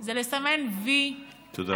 זה לסמן וי, תודה רבה.